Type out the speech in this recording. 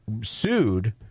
Sued